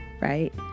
right